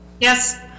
Yes